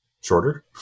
shorter